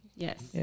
Yes